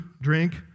drink